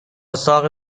اتاق